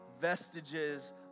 vestiges